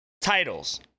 titles